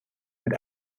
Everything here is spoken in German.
mit